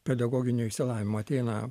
pedagoginio išsilavimo ateina